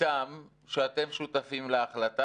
אתם שאתם שותפים להחלטה.